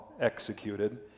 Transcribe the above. executed